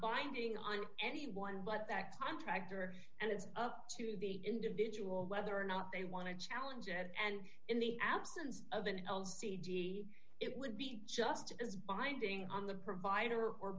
binding on anyone but that contractor and it's up to the individual whether or not they want to challenge ahead and in the absence of an l c d it would be just as binding on the provider or